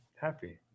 happy